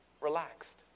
relaxed